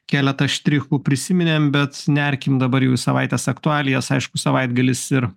keletą štrichų prisiminėm bet nerkim dabar jau į savaitės aktualijas aišku savaitgalis ir